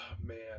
man